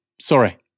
Sorry